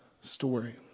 story